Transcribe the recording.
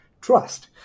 trust